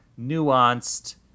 nuanced